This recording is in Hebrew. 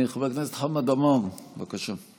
חבר הכנסת חמד עמאר, בבקשה.